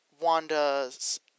Wanda's